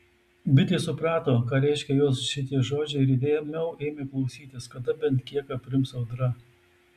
bitė suprato ką reiškia jos šitie žodžiai ir įdėmiau ėmė klausytis kada bent kiek aprims audra